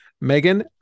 Megan